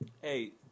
Hey